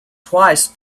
twice